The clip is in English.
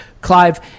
Clive